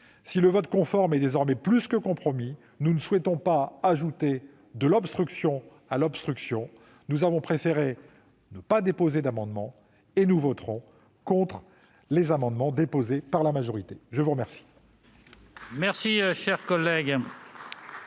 si le vote conforme est désormais plus que compromis, nous ne souhaitons pas ajouter de l'obstruction à l'obstruction. Nous avons préféré ne pas déposer d'amendement et voter contre ceux de la majorité. La parole